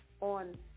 on